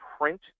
print